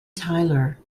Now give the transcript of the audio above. tyler